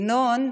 ינון,